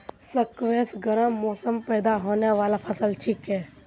squash गर्म मौसमत पैदा होने बाला फसल छिके